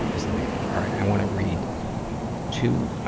is the name of it. all right, i wanna read two, ah,